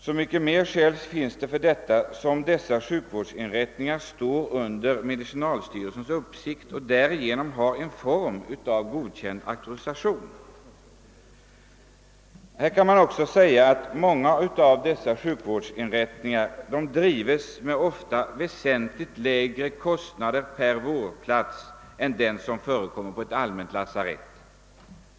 Så mycket mer skäl att göra det är det, att dessa sjukvårdsinrättningar står under medicinalstyrelsens uppsikt och därigenom har en form av auktorisation. Här kan också sägas, att många av dessa sjukvårdsinrättningar drivs med ofta väsentligt lägre kostnader per vårdplats än de som förekommer på ett allmänt lasarett.